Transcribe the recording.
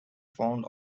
found